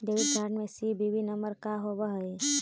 Debit card में CVV number का होव हइ?